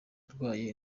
arwaye